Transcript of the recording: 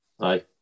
Aye